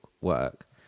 work